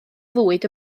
fwyd